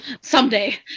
Someday